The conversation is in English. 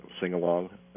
sing-along